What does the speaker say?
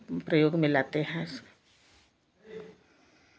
प्रयोग में लाते हैं उसको